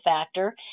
factor